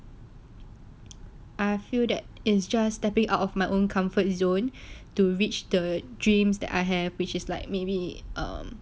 I will feel that it's just stepping out of my own comfort zone to reach the dreams that I have which is like maybe um